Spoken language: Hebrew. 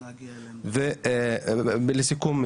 לסיכום,